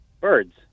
Birds